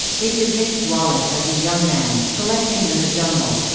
it depicts wallace as a young man, collecting in the jungle.